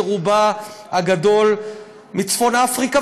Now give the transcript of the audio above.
שרובה הגדול מצפון אפריקה,